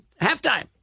Halftime